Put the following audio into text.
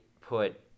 put